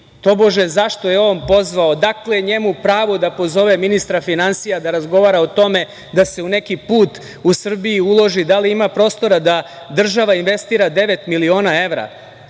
tobože zašto je on pozvao, odakle njemu pravo da pozove ministra finansija da razgovara o tome da se u neki put u Srbiji uloži, da li ima prostora da država investira devet miliona evra. Pa,